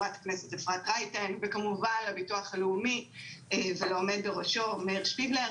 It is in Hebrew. אפרת רייטן וכמובן לביטוח הלאומי ולעומד בראשו מאיר שפיגלר.